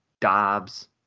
Dobbs